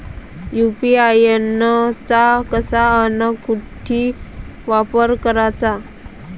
UPI चा कसा अन कुटी वापर कराचा?